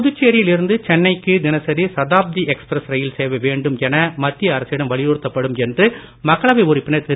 புதுச்சேரியில் இருந்து சென்னைக்கு தினசரி சதாப்தி எக்ஸ்பிரஸ் ரயில் சேவை வேண்டும் என மத்திய அரசிடம் வலியுறுத்தப்படும் என்று மக்களவை உறுப்பினர் திரு